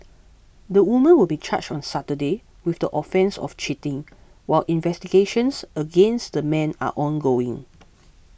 the woman will be charged on Saturday with the offence of cheating while investigations against the man are ongoing